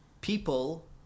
people